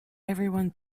everyone